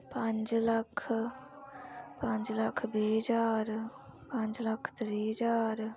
पंज लक्ख पंज लक्ख बीह् हजार पंज लक्ख त्रीह् हजार